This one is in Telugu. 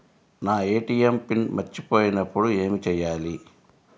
నా ఏ.టీ.ఎం పిన్ మర్చిపోయినప్పుడు ఏమి చేయాలి?